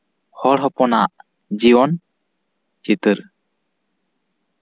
ᱦᱚᱲ ᱦᱚᱯᱚᱱᱟᱜ ᱡᱤᱭᱚᱱ ᱪᱤᱛᱟᱹᱨ